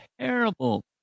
terrible